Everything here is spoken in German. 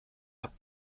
habt